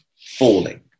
falling